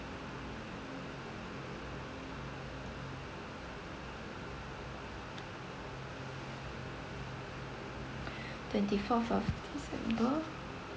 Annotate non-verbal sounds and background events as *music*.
*breath* twenty fourth of december